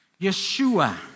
Yeshua